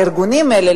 הארגונים האלה,